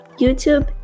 YouTube